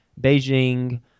Beijing